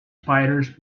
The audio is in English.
spiders